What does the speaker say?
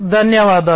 ధన్యవాదాలు